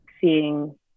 seeing